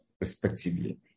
respectively